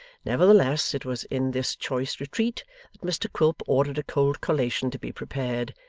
nevertheless, it was in this choice retreat that mr quilp ordered a cold collation to be prepared,